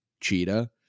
Cheetah